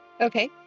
Okay